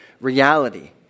reality